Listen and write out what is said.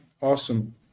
Awesome